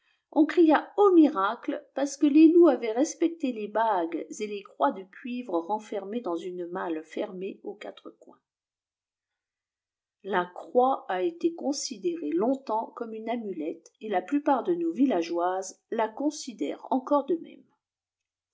on cria au miracle parce que les loups avaient respecté les bagues et les croix de cuivre renfermées dans une malle fermée aux quatre coins la croix a été considérée longtemps comme une amulette et la plupart de nos villageoises la considère encore de même